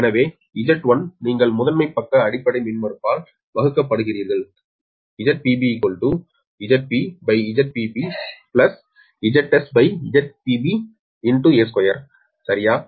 எனவே Z1 நீங்கள் முதன்மை பக்க அடிப்படை மின்மறுப்பால் வகுக்கப்படுகிறீர்கள் சரியா